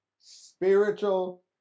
spiritual